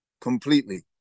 completely